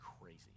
crazy